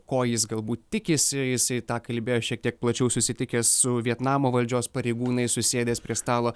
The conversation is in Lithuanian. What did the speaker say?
ko jis galbūt tikisi jisai tą kalbėjo šiek tiek plačiau susitikęs su vietnamo valdžios pareigūnais susėdęs prie stalo